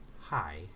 Hi